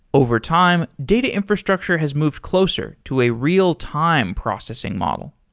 over time, data infrastructure has moved closer to a real time processing model.